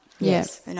Yes